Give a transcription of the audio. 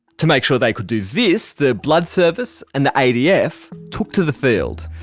to make sure they could do this, the blood service and the adf took to the field.